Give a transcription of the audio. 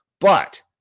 But-